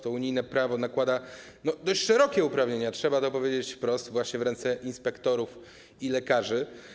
To unijne prawo oddaje dość szerokie uprawnienia, trzeba to powiedzieć wprost, właśnie w ręce inspektorów i lekarzy.